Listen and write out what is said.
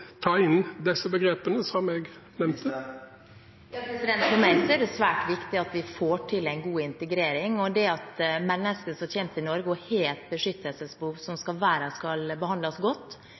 ta inn de begrepene som jeg nevnte? For meg er det svært viktig at vi får til en god integrering, og at mennesker som kommer til Norge med et beskyttelsesbehov og skal være her, skal behandles godt,